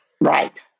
Right